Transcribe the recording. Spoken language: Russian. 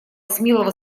смелого